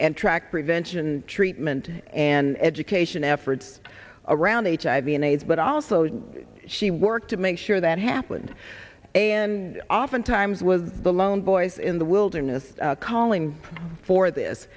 and track prevention and treatment and education efforts around hiv and aids but also she worked to make sure that happened and oftentimes was the lone voice in the wilderness calling for this